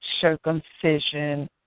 Circumcision